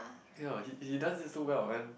ya he he does it so well and